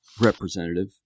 representative